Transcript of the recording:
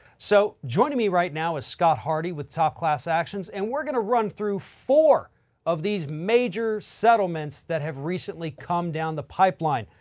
so joining me right now is scott hardy with top class actions and we're going to run through four of these major settlements that have recently come down the pipeline.